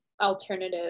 alternative